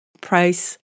price